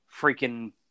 freaking